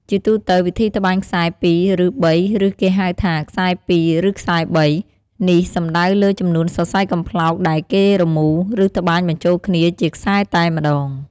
ជាទូទៅវិធីត្បាញខ្សែរ ២ ឬ ៣ ឬគេហៅថា ខ្សែ២ ឬ ខ្សែ៣ នេះសំដៅលើចំនួនសរសៃកំប្លោកដែលគេរមូរ ឬត្បាញបញ្ចូលគ្នាជាខ្សែតែម្ដង។